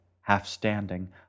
half-standing